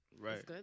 Right